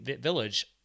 village